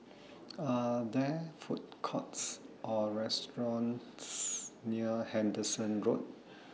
Are There Food Courts Or restaurants near Henderson Road